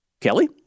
Kelly